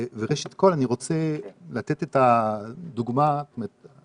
ראשית כל אני רוצה לתת את הדוגמה של